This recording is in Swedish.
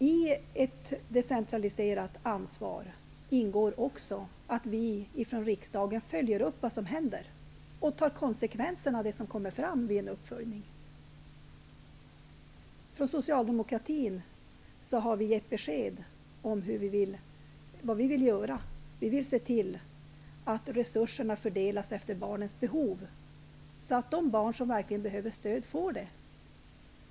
I ett decentraliserat ansvar ingår också att riksdagen följer upp vad som händer och tar konsekvenserna av det som kommer fram vid en sådan uppföljning. Socialdemokratin har ett besked om vad som bör göras. Vi vill se till att resurserna fördelas efter barnens behov, så att de barn som verkligen behöver stöd får det.